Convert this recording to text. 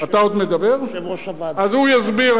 אז הוא יסביר,